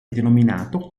denominato